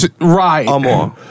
Right